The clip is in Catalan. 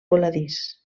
voladís